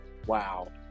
wow